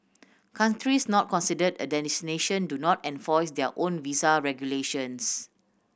countries not considered a destination do not enforce their own visa regulations